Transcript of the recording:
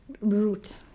root